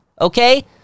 okay